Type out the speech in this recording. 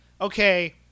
okay